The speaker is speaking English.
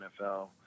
NFL